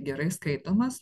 gerai skaitomas